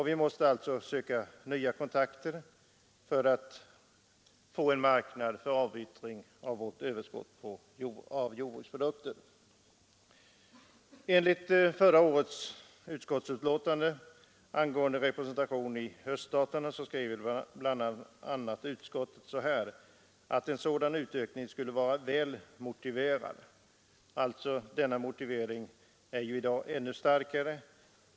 Vi måste alltså söka nya kontakter för att få en marknad för avyttring av vårt överskott på jordbruksprodukter. I förra årets utskottsbetänkande angående lantbruksrepresentanter i öststaterna skrev utskottet bl.a., att en sådan utökning skulle vara väl motiverad. Denna motivering är i dag ännu starkare.